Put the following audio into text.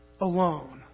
alone